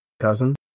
Cousin